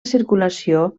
circulació